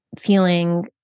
feeling